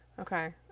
Okay